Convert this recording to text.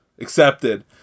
accepted